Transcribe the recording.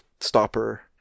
stopper